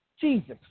Jesus